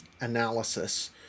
analysis